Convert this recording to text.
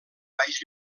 baix